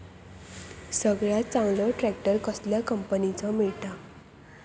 सगळ्यात चांगलो ट्रॅक्टर कसल्या कंपनीचो मिळता?